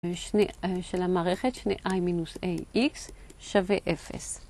של המערכת 2i-ax שווה 0.